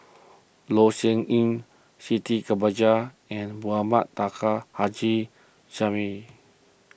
Loh Sin Yun Siti Khalijah and Mohamed Taha Haji Jamil